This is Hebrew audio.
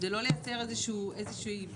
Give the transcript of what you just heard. כדי לא לייצר איזושהי פגיעה,